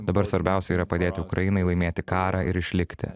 dabar svarbiausia yra padėti ukrainai laimėti karą ir išlikti